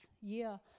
year